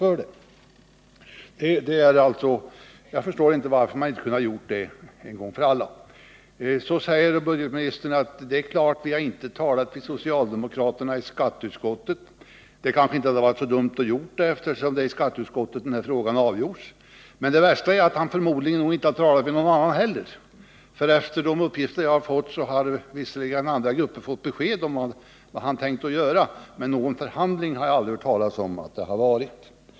Jag förstår alltså inte varför man inte kunnat lösa denna fråga en gång för alla. Budgetministern säger vidare att folkpartiet inte har talat med socialdemokraterna i skatteutskottet. Det hade kanske inte varit så dumt att göra det, eftersom det är i skatteutskottet den här frågan har behandlats. Men det värsta är att han förmodligen inte har talat med någon annan heller. Enligt de uppgifter jag har fått har visserligen andra grupper fått besked om vad budgetministern har tänkt att göra, men någon förhandling har jag inte hört talas om.